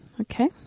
Okay